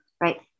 Right